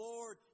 Lord